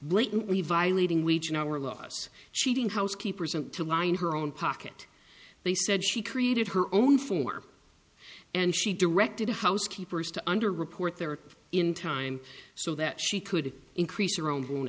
blatantly violating which in our laws cheating housekeeper sent to mind her own pocket they said she created her own form and she directed housekeepers to under report there in time so that she could increase their own